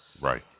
Right